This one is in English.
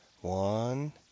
One